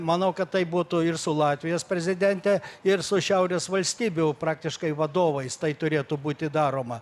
manau kad taip būtų ir su latvijos prezidente ir su šiaurės valstybių praktiškai vadovais tai turėtų būti daroma